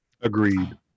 Agreed